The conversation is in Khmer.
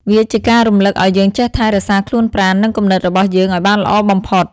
វាជាការរំលឹកឱ្យយើងចេះថែរក្សាខ្លួនប្រាណ និងគំនិតរបស់យើងឱ្យបានល្អបំផុត។